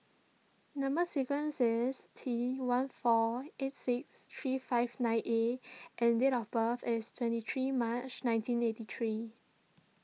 Number Sequence is T one four eight six three five nine A and date of birth is twenty three March nineteen eighty three